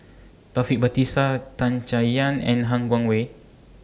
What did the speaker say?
Taufik Batisah Tan Chay Yan and Han Guangwei